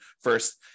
first